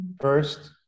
First